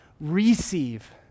receive